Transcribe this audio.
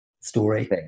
story